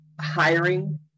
hiring